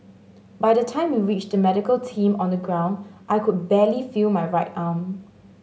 by the time we reached the medical team on the ground I could barely feel my right arm